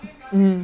mm